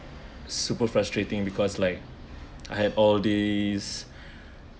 super frustrating because like I have all these